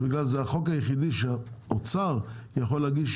זה בגלל שזה החוק היחידי שהאוצר יכול להגיש